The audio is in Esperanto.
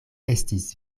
estis